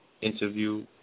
interview